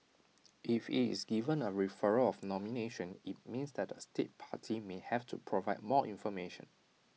if IT is given A referral of nomination IT means that A state party may have to provide more information